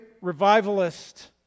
revivalist